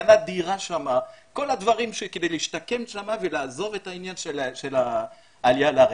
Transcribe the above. קנה דירה שם ועשה את כל הדברים על מנת להשתקע שם ולעזוב את העלייה לארץ.